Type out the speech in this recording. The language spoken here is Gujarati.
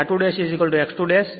તેથી r2x 2 0